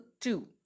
two